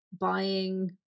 Buying